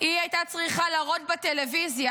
היא הייתה צריכה להראות בטלוויזיה